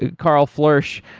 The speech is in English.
carl flourish,